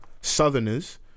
southerners